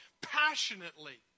passionately